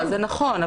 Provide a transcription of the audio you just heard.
זה נכון,